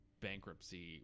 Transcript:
Bankruptcy